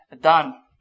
done